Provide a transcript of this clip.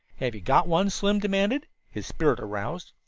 have you got one? slim demanded, his spirit aroused.